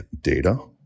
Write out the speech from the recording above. data